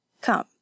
Come